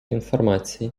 інформації